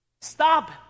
stop